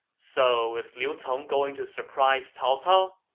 so is liu cong going to surprise cao cao?